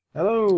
Hello